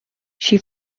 she